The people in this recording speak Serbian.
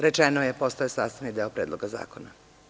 Rečeno je postao je sastavni deo Predloga zakona.